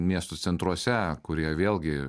miestų centruose kurie vėlgi